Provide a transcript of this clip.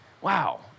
Wow